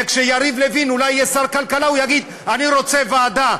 וכשיריב לוין אולי יהיה שר כלכלה הוא יגיד: אני רוצה ועדה.